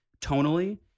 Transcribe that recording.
tonally